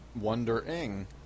wondering